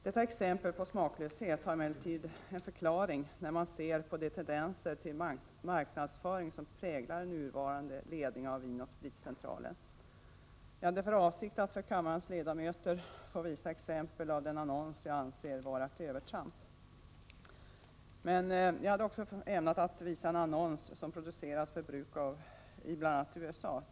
Detta exempel på smaklöshet har emellertid en förklaring med tanke på de tendenser som präglar den nuvarande Vin & Spritcentralledningens marknadsföring. Jag hade för avsikt att för kammarens ledamöter visa ett exemplar av den annons jag anser vara ett övertramp. Jag hade också ämnat att visa en annons som producerats för bruk i bl.a. USA.